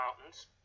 mountains